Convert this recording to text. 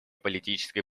политической